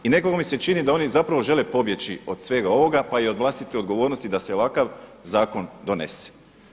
I nekako mi se čini da oni zapravo žele pobjeći od svega ovoga, pa i od vlastite odgovornosti da se ovakav zakon donese.